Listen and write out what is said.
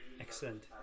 Excellent